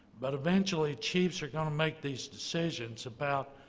but eventually, chiefs are going to make these decisions about